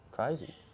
Crazy